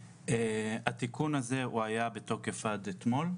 התיקון הזה היה בתוקף עד אתמול,